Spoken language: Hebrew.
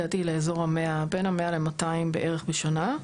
בין 100 ל-200 בערך בשנה,